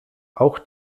auch